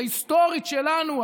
ההיסטורית שלנו,